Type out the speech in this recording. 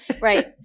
right